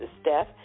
Steph